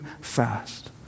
fast